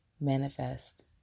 manifest